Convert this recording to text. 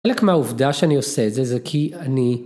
חלק מהעובדה שאני עושה את זה זה כי אני